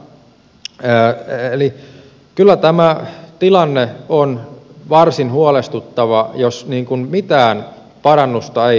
eli kyllä tämä tilanne on varsin huolestuttava jos mitään parannusta ei tapahdu